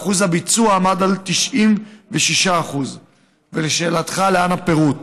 ושיעור הביצוע עמד על 96%. לשאלתך, להלן הפירוט: